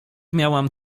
miałam